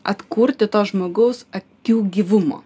atkurti to žmogaus akių gyvumo